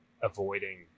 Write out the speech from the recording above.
avoiding